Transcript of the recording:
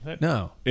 No